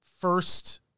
first